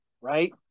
right